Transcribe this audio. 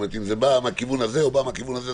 אם זה בא מהכיוון הזה או מהכיוון הזה,